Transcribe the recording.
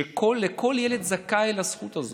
וכל ילד זכאי לזכות הזאת.